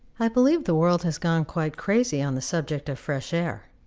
i believe the world has gone quite crazy on the subject of fresh air.